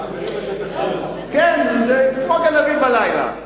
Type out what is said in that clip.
כן, כמו גנבים בלילה.